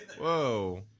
Whoa